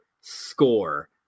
score